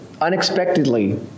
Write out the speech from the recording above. unexpectedly